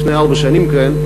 לפני ארבע השנים האלה,